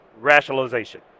rationalization